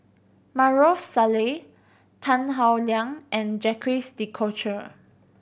Maarof Salleh Tan Howe Liang and Jacques De Coutre